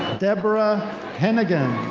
debra henegan.